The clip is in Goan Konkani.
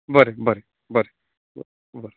बरें बरें बरें बरें